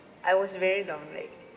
I was very down like like